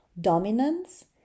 dominance